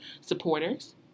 supporters